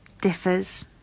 differs